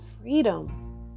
freedom